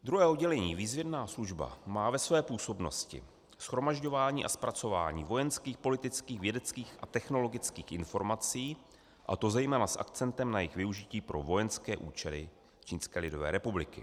Druhé oddělení, výzvědná služba, má ve své působnosti shromažďování a zpracování vojenských, politických, vědeckých a technologických informací, a to zejména s akcentem na jejich využití pro vojenské účely Čínské lidové republiky.